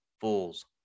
fools